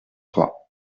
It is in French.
trois